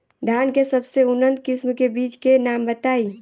धान के सबसे उन्नत किस्म के बिज के नाम बताई?